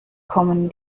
kommen